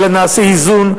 אלא נעשה איזון,